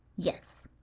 yes.